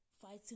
Fighting